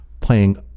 playing